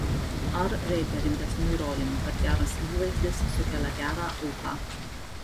ar reikia rimtesnių įrodymų kad geras įvaizdis sukelia gerą ūpą